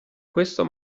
questo